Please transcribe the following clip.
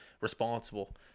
responsible